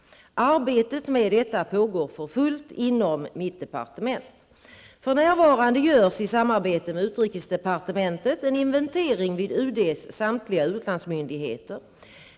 Arbetet med detta pågår för fullt inom mitt departement. För närvarande görs i samarbete med utrikesdepartementet en inventering vid UDs samtliga utlandsmyndigheter.